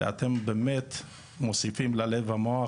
ואתם באמת מוסיפים ללב והמוח.